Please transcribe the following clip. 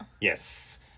Yes